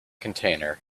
container